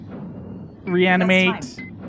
Reanimate